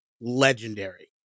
legendary